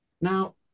Now